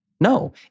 no